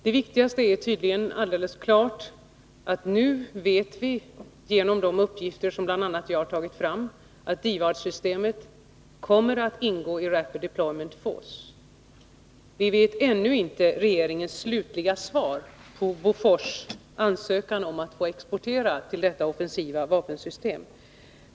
Det viktigaste är helt tydligt att vi nu, tack vare de uppgifter som bl.a. jag har tagit fram, vet att DIVAD-systemet kommer att ingå i Rapid Deployment Force. Vi vet ännu inte regeringens slutliga svar på Bofors ansökan om att få exportera till detta offensiva vapensystem.